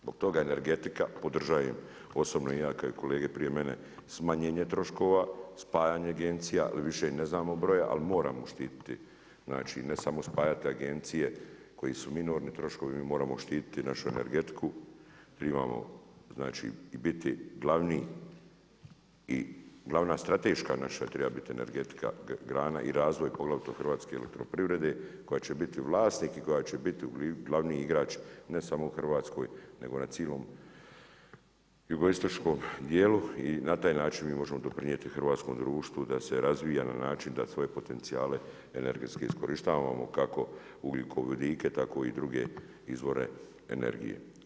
Zbog energetika, podržajem osobno i ja kada kolege prije mene, smanjenje troškova, spajanje agencija jer više ni ne znamo broj, ali moramo štiti znači ne samo spajati agencije koji su minorni troškovi, mi moramo štiti našu energetiku i biti glavni i glavna strateška treba biti energetika, grana i razvoj, poglavito Hrvatske elektroprivrede, koja će biti vlasnik i koja će biti glavni igrač, ne samo u Hrvatskoj, nego na cilom jugoistočnom dijelu i na taj način mi možemo doprinijeti hrvatskom društvu, da se razvija na način da svoje potencijale, energetske iskorištavamo, kako ugljikovodike, tako i druge izvore energije.